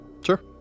Sure